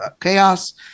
chaos